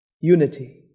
unity